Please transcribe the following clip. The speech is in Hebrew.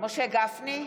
משה גפני,